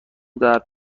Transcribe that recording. درد